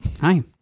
Hi